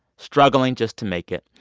struggling just to make it.